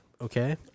okay